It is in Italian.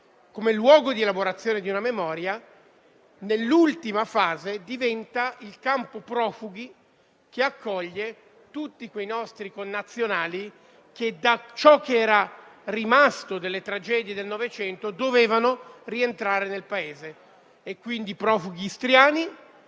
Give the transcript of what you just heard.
come luogo di elaborazione di una memoria, nell'ultima fase diventa il campo profughi che accoglie tutti quei nostri connazionali che da ciò che era rimasto delle tragedie del Novecento dovevano rientrare nel Paese; mi riferisco quindi ai profughi istriani